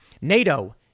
NATO